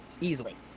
Easily